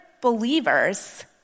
believers